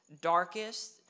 darkest